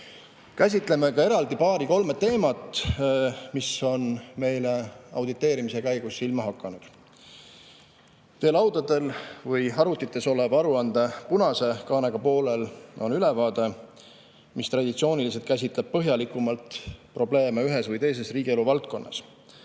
Käsitlen eraldi paari-kolme teemat, mis on meile auditeerimise käigus silma hakanud. Teie arvutites või laudadel oleva aruande punase kaanega poolel on ülevaade, mis traditsiooniliselt käsitleb põhjalikumalt probleeme ühes või teises riigieluvaldkonnas.